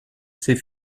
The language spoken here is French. ses